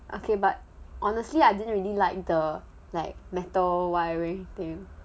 okay but honestly I didn't really like the like metal wiring thing